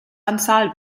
anzahl